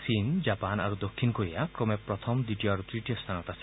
চীন জাপন আৰু দক্ষিণ কোৰিয়া ক্ৰমে প্ৰথম দ্বিতীয় আৰু তৃতীয় স্থানত আছে